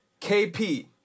KP